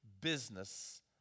business